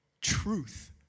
truth